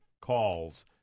calls